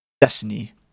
Destiny